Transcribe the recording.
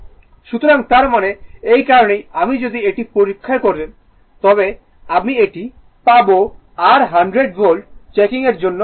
সুতরাং তার মানে এই কারণেই আপনি যদি এটি পরীক্ষা করেন তবে আপনি এটি পাবেন R100 ভোল্ট টি চেকিংয়ের জন্য সঠিক